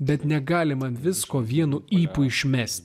bet negalima visko vienu ypu išmesti